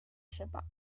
shabbat